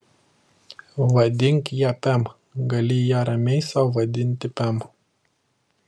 vadink ją pem gali ją ramiai sau vadinti pem